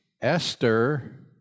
Esther